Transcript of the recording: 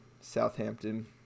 Southampton